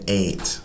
eight